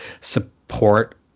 support